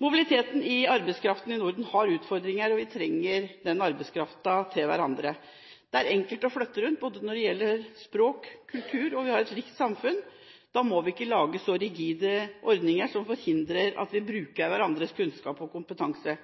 Mobiliteten i arbeidskraften i Norden har utfordringer, og vi trenger hverandres arbeidskraft. Det er enkelt å flytte rundt – språk, kultur og samfunn er ganske likt. Da må vi ikke lage rigide ordninger som hindrer at vi bruker hverandres kunnskap og kompetanse.